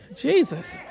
Jesus